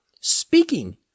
Speaking